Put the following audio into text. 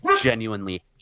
genuinely